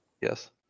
yes